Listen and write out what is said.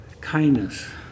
Kindness